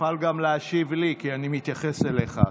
תוכל גם להשיב לי, כי אני מתייחס אליך עכשיו.